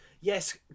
Yes